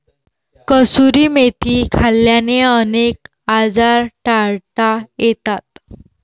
कसुरी मेथी खाल्ल्याने अनेक आजार टाळता येतात